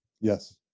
Yes